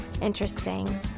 interesting